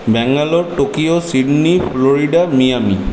Bangalore Tokyo Sydney Florida Miami